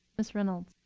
mrs. reynolds?